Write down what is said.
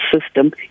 system